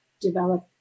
develop